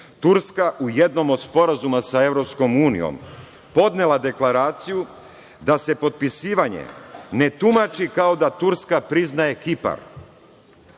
Turska u jednom od sporazuma sa EU podnela deklaraciju da se potpisivanje ne tumači kao da Turska priznaje Kipar.